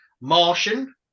Martian